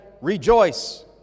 rejoice